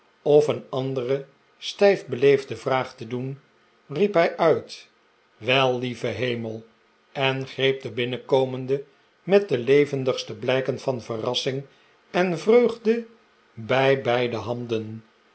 of een andere stijf beleefde vraag te doen riep hij uit wel lieve hemel en greep den binnenkomende met de levendigste blijken van verrassing en vreugde bij beide handen